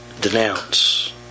Denounce